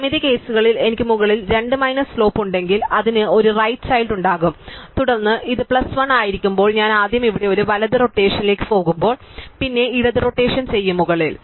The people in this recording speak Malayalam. സമമിതി കേസുകളിൽ എനിക്ക് മുകളിൽ 2 മൈനസ് സ്ലോപ്പ് ഉണ്ടെങ്കിൽ അതിന് ഒരു റൈറ്റ് ചൈൽഡ് ഉണ്ടാകും തുടർന്ന് ഇത് പ്ലസ് 1 ആയിരിക്കുമ്പോൾ ഞാൻ ആദ്യം ഇവിടെ ഒരു വലത് റൊട്ടേഷനിലേക്ക് പോകുമ്പോൾ പിന്നെ ഇടത് റോടേഷൻ ചെയ്യും മുകളിൽ